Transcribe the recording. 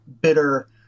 bitter